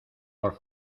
por